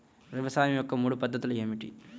వ్యవసాయం యొక్క మూడు పద్ధతులు ఏమిటి?